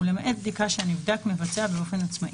ולמעט בדיקה שהנבדק מבצע באופן עצמאי.